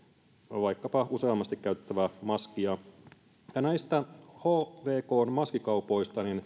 vaikkapa useammasti käytettävää maskia näistä hvkn maskikaupoista